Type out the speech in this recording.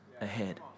ahead